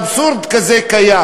ואבסורד כזה קיים?